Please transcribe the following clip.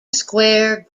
square